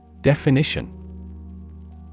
Definition